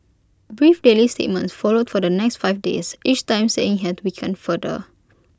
brief daily statements followed for the next five days each time saying had weakened further